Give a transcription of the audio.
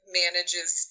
manages